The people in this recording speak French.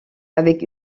avec